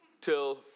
till